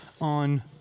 on